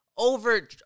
Over